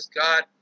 God